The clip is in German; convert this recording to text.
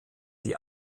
die